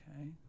Okay